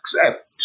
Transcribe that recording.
accept